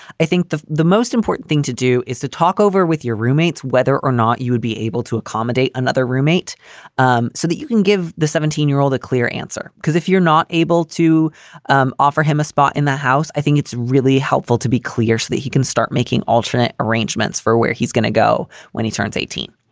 i think the the most important thing to do is to talk over with your roommates, whether or not you would be able to accommodate another roommate um so that you can give the seventeen year old a clear answer, because if you're not able to um offer him a spot in the house, i think it's really helpful to be clear so that he can start making alternate arrangements for where he's going to go when he turns eighteen.